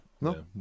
no